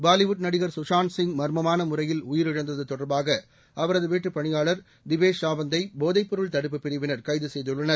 பாலிவுட் நடிகர் குஷாந்த் சிங் மர்மமான முறையில் உயிரிழந்தது தொடர்பாக அவரது வீட்டுப் பணியாளர் திவேஷ் சாவந்த் தை போதைப் பொருள் தடுப்புப் பிரிவினர் கைது செய்துள்ளனர்